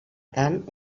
tant